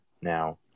now